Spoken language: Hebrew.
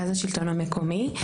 מרכז השלטון המקומי,